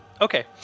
Okay